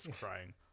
crying